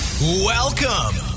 Welcome